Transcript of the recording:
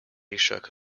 ashok